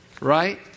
Right